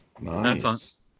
Nice